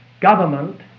government